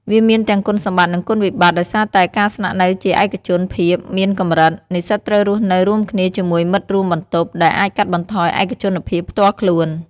វាមានទាំងគុណសម្បត្តិនិងគុណវិប្បត្តិដោយសារតែការស្នាក់នៅជាឯកជនភាពមានកម្រិត និស្សិតត្រូវរស់នៅរួមគ្នាជាមួយមិត្តរួមបន្ទប់ ដែលអាចកាត់បន្ថយឯកជនភាពផ្ទាល់ខ្លួន។